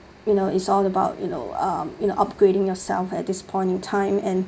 you know it's all about you know uh you know uh upgrading yourself at this point in time and